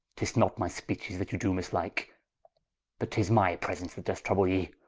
tis not my speeches that you do mislike but tis my presence that doth trouble ye,